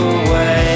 away